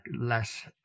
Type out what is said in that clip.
less